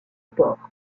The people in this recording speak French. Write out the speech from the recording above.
port